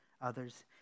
others